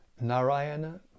Narayana